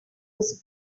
his